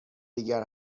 دیگر